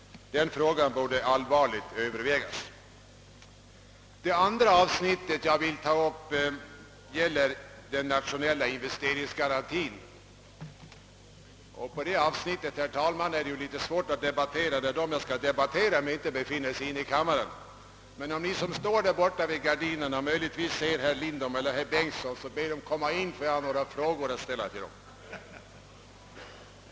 Den frågan borde allvarligt övervägas. Det andra avsnittet jag ämnar ta upp gäller den nationella investeringsgarantin. På det avsnittet är det, herr talman, litet svårt att debattera, då de jag skall debattera med inte befinner sig 1 kammaren. Om ni, som står där borta vid draperierna vid utgången, möjligtvis ser herr Lindholm eller herr Bengtsson i Varberg, så bed dem komma in i kammaren, ty jag har några frågor att ställa till dem.